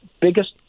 biggest